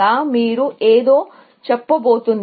మీరు ఏదో చెబుతున్నారు